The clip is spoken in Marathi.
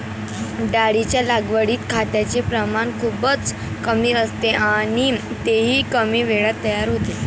डाळींच्या लागवडीत खताचे प्रमाण खूपच कमी असते आणि तेही कमी वेळात तयार होते